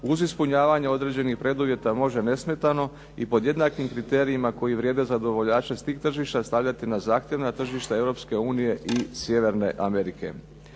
uz ispunjavanje određenih preduvjeta može nesmetano i pod jednakim kriterijima koji vrijede za dobavljače s tih tržišta stavljati na zahtjevna tržišta Europske unije i Sjeverne Amerike.